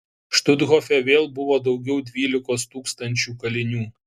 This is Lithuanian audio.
štuthofe vėl buvo daugiau dvylikos tūkstančių kalinių